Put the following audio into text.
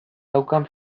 daukan